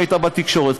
שהייתה בתקשורת.